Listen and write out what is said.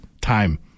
time